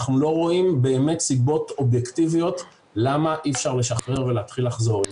אנחנו לא רואים סיבות אובייקטיביות למה אי אפשר לשחרר ולהתחיל לחזור.